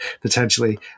potentially